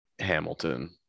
hamilton